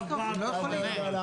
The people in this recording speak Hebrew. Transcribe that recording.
הם לא יכולים.